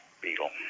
Beetle